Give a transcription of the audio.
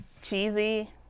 Cheesy